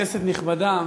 כנסת נכבדה,